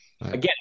Again